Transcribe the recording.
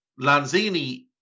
Lanzini